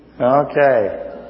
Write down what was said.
Okay